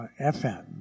FM